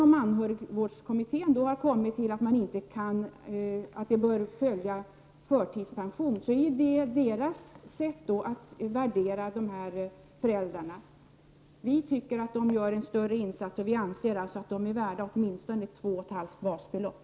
Om anhörigvårdskommittén då har kommit fram till att det bör följa förtidspensionen, är det deras sätt att värdera dessa föräldrar. Vi tycker att de gör en större insats och att de är värda åtminstone 2,5 basbelopp.